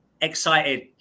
excited